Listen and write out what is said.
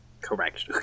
Correct